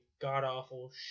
god-awful